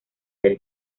del